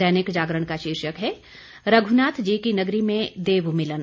दैनिक जागरण का शीर्षक है रघ्नाथ जी की नगरी में देवमिलन